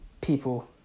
people